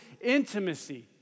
intimacy